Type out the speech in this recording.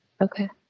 Okay